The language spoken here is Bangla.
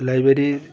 লাইব্রেরির